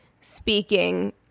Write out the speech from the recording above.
speaking